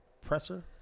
presser